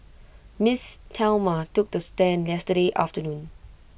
miss Thelma took the stand yesterday afternoon